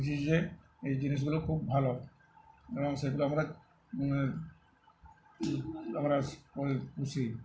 বুঝি যে এই জিনিসগুলো খুব ভালো এবং সেগুলো আমরা আমরা পুষি